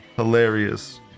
Hilarious